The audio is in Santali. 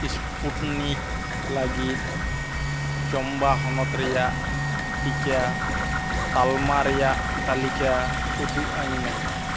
ᱤᱥᱯᱩᱴᱱᱤᱠ ᱞᱟᱜᱤᱫ ᱪᱚᱢᱵᱟ ᱦᱚᱱᱚᱛ ᱨᱮᱭᱟᱜ ᱴᱤᱠᱟ ᱛᱟᱞᱢᱟ ᱨᱮᱭᱟᱜ ᱛᱟᱞᱤᱠᱟ ᱩᱫᱩᱜ ᱟᱧᱢᱮ